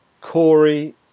Corey